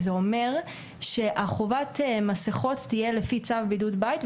זה אומר שחובת מסכות תהיה לפי צו בידוד בית,